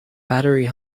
battery